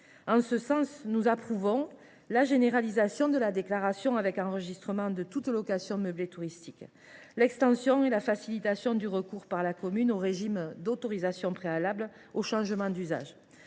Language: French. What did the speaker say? En ce sens, nous approuvons la généralisation de la déclaration avec enregistrement de toute location meublée touristique, l’extension et la facilitation du recours par la commune au régime d’autorisation préalable au changement d’usage,